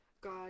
God